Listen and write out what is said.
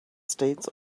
states